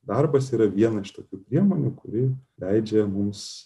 darbas yra viena iš tokių priemonių kuri leidžia mums